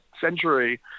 century